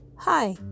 Hi